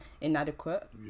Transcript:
inadequate